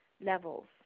levels